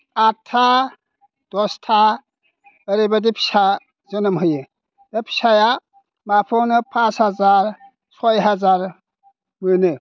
आठथा दसथा ओरैबायदि फिसा जोनोम होयो दा फिसाया माफायावनो पास हाजार सय हाजार मोनो